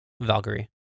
Valkyrie